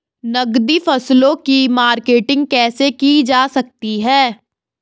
नकदी फसलों की मार्केटिंग कैसे की जा सकती है?